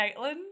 Caitlin